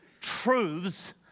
truths